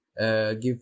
give